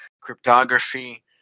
cryptography